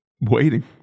Waiting